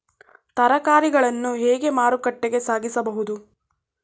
ತರಕಾರಿಗಳನ್ನು ಹೇಗೆ ಮಾರುಕಟ್ಟೆಗೆ ಸಾಗಿಸಬಹುದು?